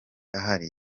ahari